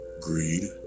greed